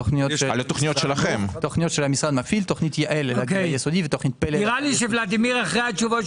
תוכנית יעל ליסודי ותוכנית- -- לגבי עידוד עלייה,